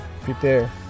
prepare